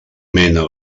mena